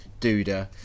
Duda